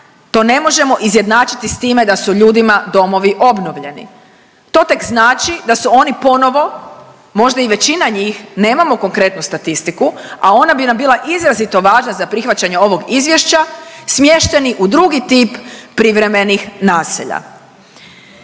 to ne možemo izjednačiti s time da su ljudima domovi obnovljeni. To tek znači da su oni ponovo, možda i veća njih, nemamo konkretnu statistiku, a ona bi nam bila izrazito važna za prihvaćanje ovog izvješća, smješteni u drugi tip privremenih naselja.